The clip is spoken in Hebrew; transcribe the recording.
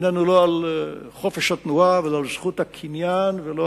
איננו לא על חופש התנועה ולא על זכות הקניין ולא